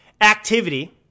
activity